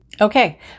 Okay